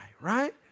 right